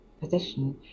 position